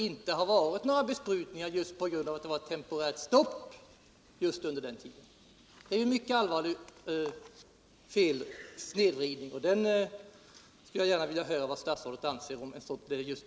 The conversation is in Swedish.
Under denna period förekom inga besprutningar på grund av temporärt stopp. Det är en mycket allvarlig snedvridning. Jag vore tacksam om statsrådet Troedsson ville tala om vad hon anser om urvalet.